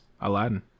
aladdin